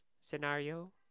scenario